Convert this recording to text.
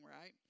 right